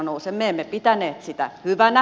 me emme pitäneet sitä hyvänä